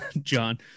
John